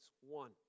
One